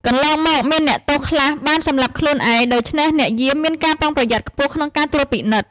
កន្លងមកមានអ្នកទោសខ្លះបានសម្លាប់ខ្លួនឯង ដូច្នេះអ្នកយាមមានការប្រុងប្រយ័ត្នខ្ពស់ក្នុងការត្រួតពិនិត្យ។